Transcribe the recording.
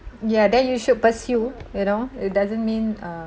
ya then you should pursue you know it doesn't mean uh